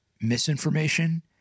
misinformation